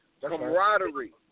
camaraderie